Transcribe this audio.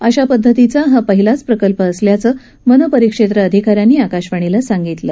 अशा पद्धतीचा हा पहिलाच प्रकल्प असल्याचं वनपरिक्षेत्र अधिका यांनी आकाशवाणीला सांगितलं